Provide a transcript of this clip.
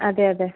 അതെ അതെ